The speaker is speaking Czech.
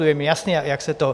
Je mi jasné, jak se to...